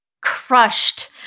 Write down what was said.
crushed